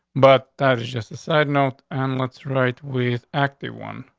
but that is just a side note and let's write with active one.